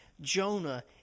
Jonah